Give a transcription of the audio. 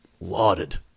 lauded